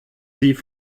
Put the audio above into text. sie